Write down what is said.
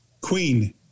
Queen